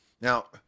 Now